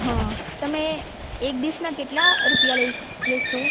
હ તમે એક ડીશના કેટલા રૂપિયા લઇ લેશો